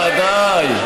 בוודאי.